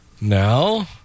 No